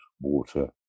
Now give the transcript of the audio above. water